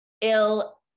ill